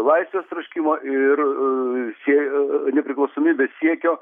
laisvės troškimo ir siej nepriklausomybės siekio